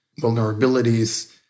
vulnerabilities